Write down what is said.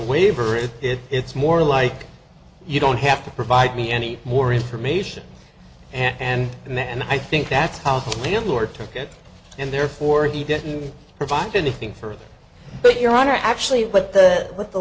waiver is it it's more like you don't have to provide me any more information and in the end i think that's how the landlord took it and therefore he didn't provide anything for it but your honor actually what the what the